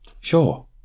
Sure